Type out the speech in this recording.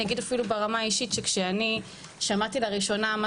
אני אגיד אפילו ברמה האישית שכשאני שמעתי לראשונה מה